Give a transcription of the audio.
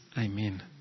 Amen